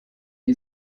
die